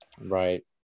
Right